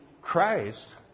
Christ